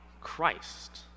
Christ